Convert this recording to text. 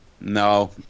No